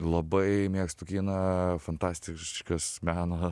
labai mėgstu kiną fantastiškas meno